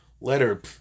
letter